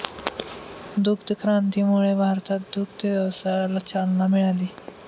दुग्ध क्रांतीमुळे भारतात दुग्ध व्यवसायाला चालना मिळाली